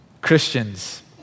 Christians